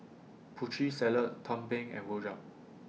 Putri Salad Tumpeng and Rojak